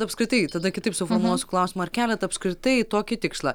apskritai tada kitaip suformuluosiu klausimą ar keliat apskritai tokį tikslą